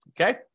okay